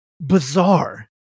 bizarre